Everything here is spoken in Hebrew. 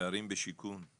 פערים בשיכון.